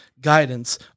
guidance